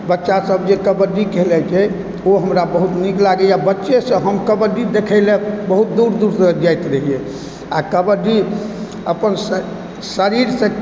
बच्चा सभ जे कबड्डी खेलाइ छै ओ हमरा बहुत नीक लागैए बच्चेसँ हम कबड्डी देखै लए बहुत दूर दूर तक जाइत रहिए आओर कबड्डी अपनसे शरीरसँ